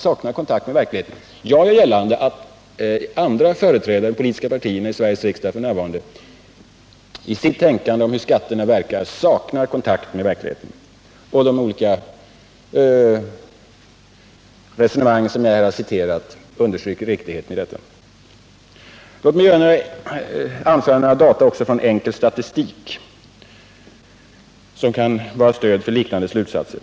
Jag gör gällande att de andra politiska partierna i Sveriges riksdag f. n. i sitt tänkande om hur skatterna verkar saknar kontakter med verkligheten. De olika resonemang som jag här har citerat understryker riktigheten i detta. Några data från enkel statistik kan anföras som stöd för liknande slutsatser.